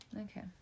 Okay